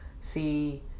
see